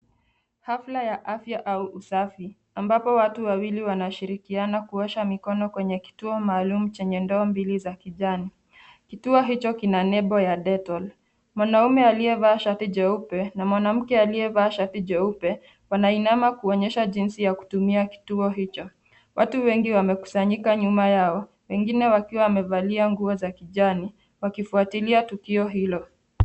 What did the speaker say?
Hafla ya afya au usafi, ambapo watu wawili wanashirikiana kuosha mikono kwenye kituo maalumu chenye ndoo mbili za kijani. Kituo hicho kina nembo ya dettol. Mwanaume aliyevaa shati jeupe na mwanamke aliyevaa shati jeupe, wanainama kuonyesha jinsi ya kutumia kituo hicho. Watu wengi wamekusanyika nyuma yao ,wengine wakiwa wamevalia nguo za kijani, wakifuatilia tukio hilo.